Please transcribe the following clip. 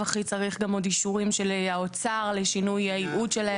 הכי צריך גם עוד אישורים של האוצר לשינוי הייעוד שלהם.